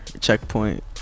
checkpoint